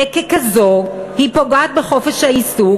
וככזאת היא פוגעת בחופש העיסוק.